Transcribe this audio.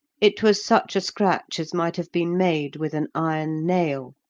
it was such a scratch as might have been made with an iron nail,